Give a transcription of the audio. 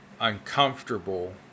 uncomfortable